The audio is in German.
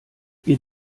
wir